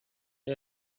های